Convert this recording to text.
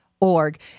org